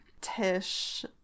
Tish